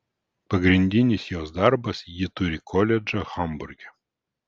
pagrindinis jos darbas ji turi koledžą hamburge